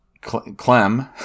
Clem